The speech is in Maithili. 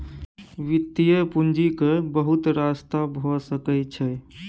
वित्तीय पूंजीक बहुत रस्ता भए सकइ छै